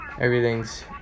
everything's